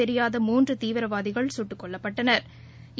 தெரியாத மூன்றுதீவிரவாதிகள் சுட்டுக் கொல்லப்பட்டனா்